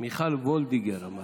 מיכל וולדיגר, אמרתי.